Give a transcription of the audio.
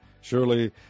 Surely